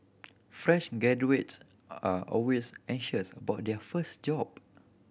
fresh graduates are always anxious about their first job